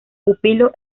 pupilo